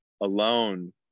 alone